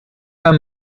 pas